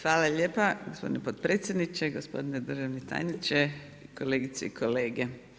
Hvala lijepo gospodine potpredsjedniče, gospodine državni tajniče, kolegice i kolege.